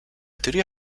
teoria